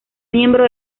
miembro